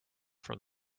from